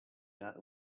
not